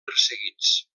perseguits